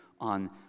on